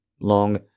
Long